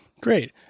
Great